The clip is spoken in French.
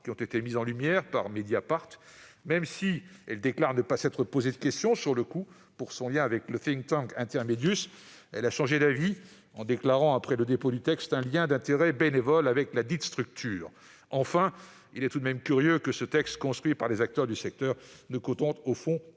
qui ont été mis en lumière par Mediapart. Même si elle déclare ne pas s'être posé de questions « sur le coup » à propos de son lien avec le Intermedius, elle a changé d'avis en déclarant après le dépôt du texte un lien d'intérêt bénévole avec la structure. Enfin, il est tout de même curieux de constater que ce texte, pourtant construit par les acteurs du secteur, ne contente au fond pas